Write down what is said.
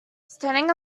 standing